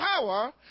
power